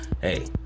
Hey